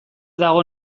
dago